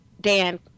Dan